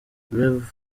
rev